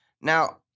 Now